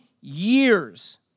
years